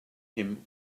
him